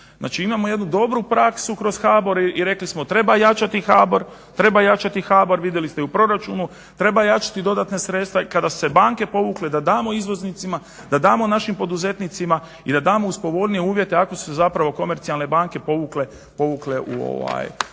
imamo jednu dobru praksu kroz HBOR i rekli smo treba jačati HBOR, vidjeli ste i u proračunu, treba jačati dodatna sredstva i kada su se banke povukle da damo izvoznicima da damo našim poduzetnicima i da damo uz povoljnije uvjete ako su se komercijalne banke povukle u sebe